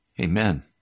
Amen